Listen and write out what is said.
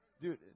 Dude